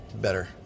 better